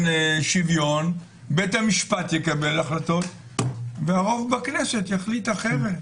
בדבר השוויון, הרוב בכנסת יוכל להחליט אחרת.